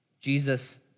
Jesus